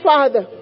Father